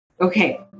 Okay